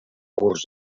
curs